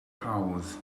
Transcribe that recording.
hawdd